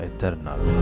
Eternal